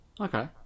Okay